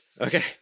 Okay